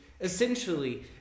essentially